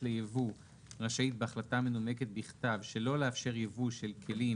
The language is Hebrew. ליבוא רשאית בהחלטה מנומקת בכתב שלא לאפשר יבוא של כלים,